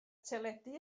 teledu